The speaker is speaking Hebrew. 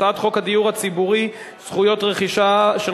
הצעת חוק הדיור הציבורי (זכויות רכישה) (תיקון,